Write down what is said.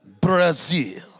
Brazil